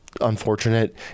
Unfortunate